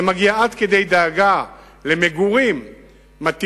זה מגיע עד כדי דאגה למגורים מתאימים,